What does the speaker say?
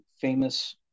famous